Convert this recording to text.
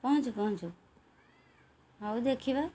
ପହଞ୍ଚୁ ପହଞ୍ଚୁ ହଉ ଦେଖିବା